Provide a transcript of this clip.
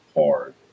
hard